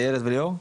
איילת וליאור,